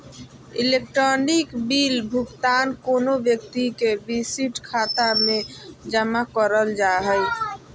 electronic bill भुगतान कोनो व्यक्ति के विशिष्ट खाता में जमा करल जा हइ